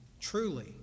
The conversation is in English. truly